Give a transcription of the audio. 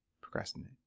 procrastinate